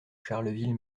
charleville